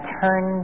turn